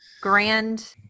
grand